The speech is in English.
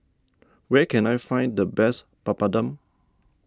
where can I find the best Papadum